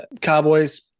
cowboys